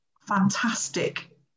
fantastic